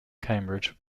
cambridge